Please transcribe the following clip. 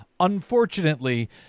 unfortunately